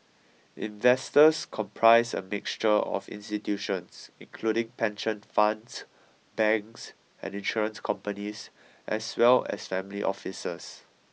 investors comprise a mixture of institutions including pension funds banks and insurance companies as well as family offices